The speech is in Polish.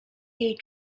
jej